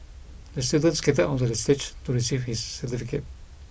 the student skated onto the stage to receive his certificate